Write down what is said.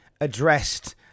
addressed